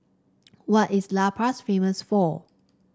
what is La Paz famous for